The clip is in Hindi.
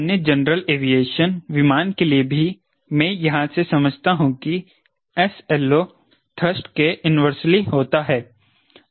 सामान्य जनरल एविएशन विमान के लिए भी मैं यहां से समझता हूं कि 𝑠LO थ्रस्ट के इन्वर्सली होता है